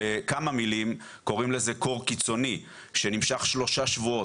בכמה מילים קוראים לזה קור קיצוני שנמשך שלושה שבועות.